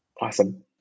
Awesome